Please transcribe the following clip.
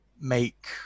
make